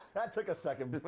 that took a second, but